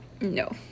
no